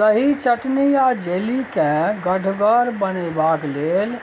दही, चटनी आ जैली केँ गढ़गर बनेबाक लेल